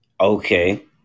Okay